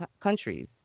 countries